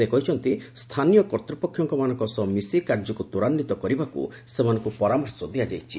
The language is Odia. ସେ କହିଛନ୍ତି ସ୍ଥାନୀୟ କର୍ତ୍ତ୍ୱପକ୍ଷମାନଙ୍କ ସହ ମିଶି କାର୍ଯ୍ୟକୁ ତ୍ୱରାନ୍ୱିତ କରିବାକୁ ସେମାନଙ୍କୁ ପରାମର୍ଶ ଦିଆଯାଇଛି